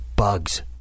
Bugs